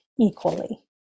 equally